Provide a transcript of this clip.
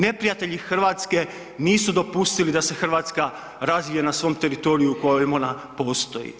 Neprijatelji Hrvatske nisu dopustili da se Hrvatska razvije na svom teritoriju na kojem ona postoji.